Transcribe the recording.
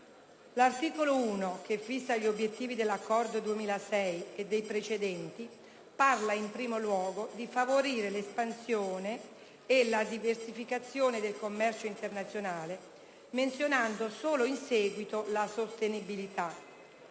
L'articolo 1, che fissa gli obiettivi dell'Accordo del 2006 e dei precedenti, parla in primo luogo di «favorire l'espansione e la diversificazione del commercio internazionale», menzionando solo in seguito la sostenibilità.